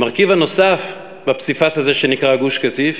המרכיב הנוסף בפסיפס הזה שנקרא גוש-קטיף